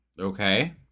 Okay